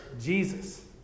Jesus